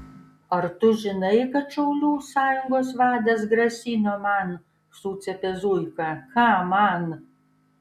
ar tu žinai kad šaulių sąjungos vadas grasino man sucypė zuika ką man